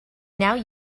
now